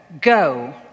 Go